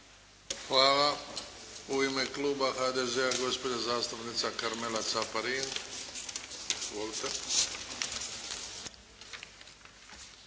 Hvala. U ime kluba HDZ-a gospođa zastupnica Karmela Caparin.